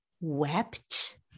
wept